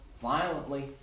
violently